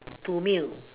to meal